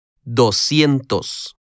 Doscientos